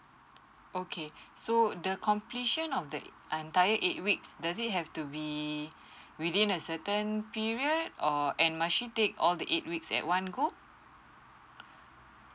okay so the completion of the entire eight weeks does it have to be within a certain period or and must she take all the eight weeks at one go